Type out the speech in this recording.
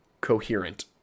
coherent